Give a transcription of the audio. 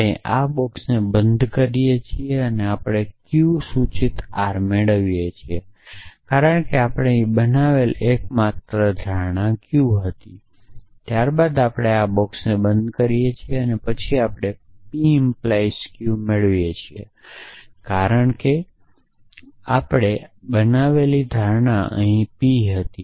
આપણે આ બોક્સને બંધ કરીએ છીએ આપણે q સૂચિત આર મેળવીએ છીએ કારણ કે આપણે અહીં બનાવેલી એકમાત્ર ધારણા Q હતી ત્યારબાદ આપણે આ બોક્સને બંધ કરીએ છીએ પછી આપણે p ઇમ્પ્લિઝ Q મેળવીએ છીએ કારણ કે આપણે બનાવેલી ધારણા અહીં p હતી